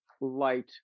light